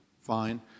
fine